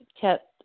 kept